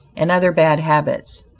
and other bad habits.